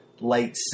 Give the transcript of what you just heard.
Late